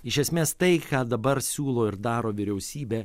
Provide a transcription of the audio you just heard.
iš esmės tai ką dabar siūlo ir daro vyriausybė